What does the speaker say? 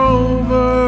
over